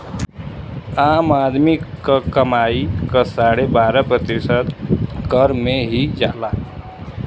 आम आदमी क कमाई क साढ़े बारह प्रतिशत कर में ही जाला